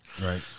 Right